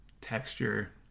texture